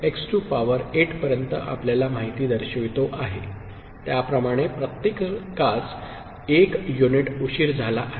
x to power 8 पर्यंत आपल्याला माहिती दर्शवितो आहे त्याप्रमाणे प्रत्येकास 1 युनिट उशीर झाला आहे